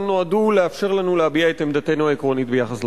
נועדו לאפשר לנו להביע את עמדתנו העקרונית ביחס לחוק.